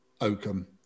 Oakham